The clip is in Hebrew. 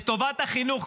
לטובת החינוך,